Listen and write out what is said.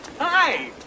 Hi